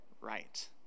right